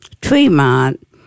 Tremont